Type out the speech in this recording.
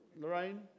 Lorraine